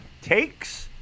takes